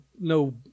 no